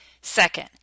Second